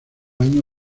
año